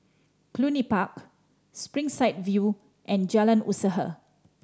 Cluny Park Springside View and Jalan Usaha